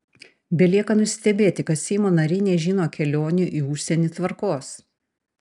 belieka nusistebėti kad seimo nariai nežino kelionių į užsienį tvarkos